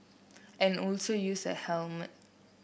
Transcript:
and also use a helmet